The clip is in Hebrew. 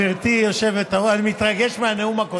גברתי היושבת-ראש, אני מתרגש מהנאום הקודם.